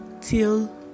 till